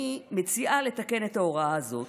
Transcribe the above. אני מציעה לתקן את ההוראה הזאת.